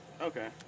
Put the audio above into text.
Okay